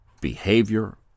behavior